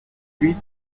huit